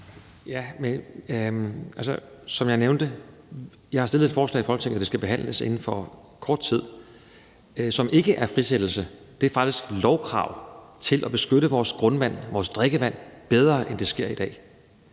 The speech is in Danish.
Som jeg nævnte, har jeg fremsat et lovforslag i Folketinget, som skal behandles inden for kort tid, og det vedrører ikke frisættelse, men faktisk lovkrav til at beskytte vores drikkevand bedre, end det sker i dag.